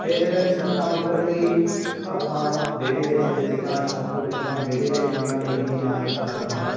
ਫਿਰ ਛੱਤਾਂ ਉੱਪਰ ਵੀ ਆਪਾਂ ਵਿਹੜੇ ਵਿੱਚ ਜਿਸ ਤਰ੍ਹਾਂ ਛੱਤ ਉੱਪਰ ਜਾਂ ਵਿਹੜੇ ਵਿੱਚ ਉਹਨਾਂ ਲਈ ਅਸੀਂ ਅਨਾਜ ਖਲਾਰਦੇ ਹਾਂ